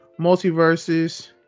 Multiverses